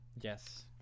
Yes